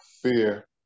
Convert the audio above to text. fear